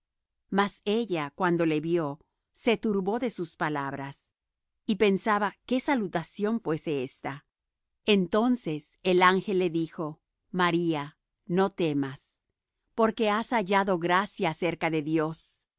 mas ella cuando le vió se turbó de sus palabras y pensaba qué salutación fuese ésta entonces el ángel le dijo maría no temas porque has hallado gracia cerca de dios